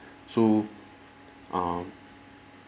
so um